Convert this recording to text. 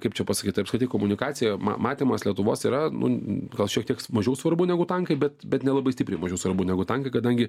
kaip čia pasakyt apskritai komunikacija ma matymas lietuvos yra nu gal šiek tiek mažiau svarbu negu tankai bet bet nelabai stipriai mažiau svarbu negu tankai kadangi